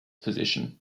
position